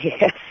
Yes